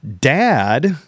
Dad